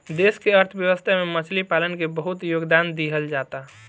देश के अर्थव्यवस्था में मछली पालन के बहुत योगदान दीहल जाता